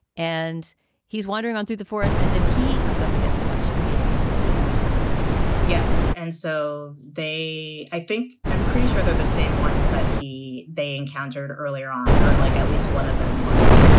and he's wandering on through the forest and then he comes up against a bunch of vietnamese locals yes. and so they i think i'm pretty sure they're the same ones that he they encountered earlier on. or like at least one of them was.